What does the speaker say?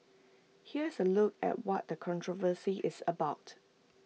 here's A look at what the controversy is about